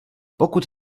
pokud